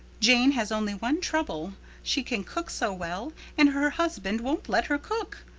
jane has only one trouble she can cook so well and her husband won't let her cook.